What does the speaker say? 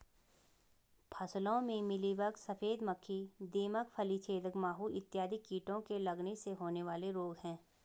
फसलों में मिलीबग, सफेद मक्खी, दीमक, फली छेदक माहू इत्यादि कीटों के लगने से होने वाले रोग हैं